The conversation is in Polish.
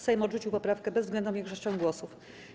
Sejm odrzucił poprawkę bezwzględną większością głosów.